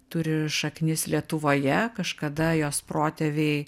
turi šaknis lietuvoje kažkada jos protėviai